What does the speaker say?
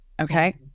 okay